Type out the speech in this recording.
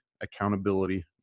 accountability